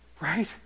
right